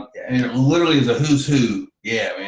and literally its a who's who yeah, man,